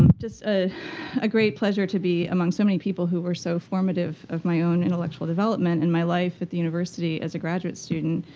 um just ah a great pleasure to be among so many people who were so formative of my own intellectual development in my life at the university as a graduate student.